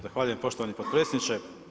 Zahvaljujem poštovani potpredsjedniče.